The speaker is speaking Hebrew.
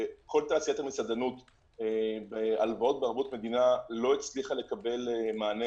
בכל תעשיית המסעדנות הלוואות בערבות מדינה לא הצליחה לקבל מענה